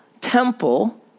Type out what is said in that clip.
temple